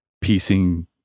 piecing